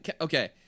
okay